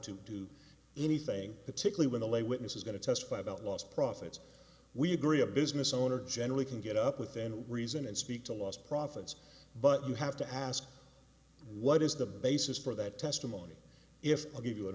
to do anything particularly when the lay witnesses going to testify about lost profits we agree a business owner generally can get up within reason and speak to lost profits but you have to ask what is the basis for that testimony if i give you an